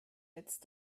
jetzt